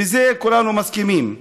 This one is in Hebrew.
בזה כולנו מסכימים.